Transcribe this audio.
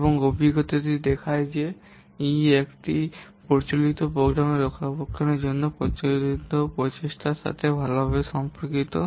এবং অভিজ্ঞতাটি দেখায় যে E একটি প্রচলিত প্রোগ্রামের রক্ষণাবেক্ষণের জন্য প্রয়োজনীয় প্রচেষ্টার সাথে ভালভাবে সম্পর্কিত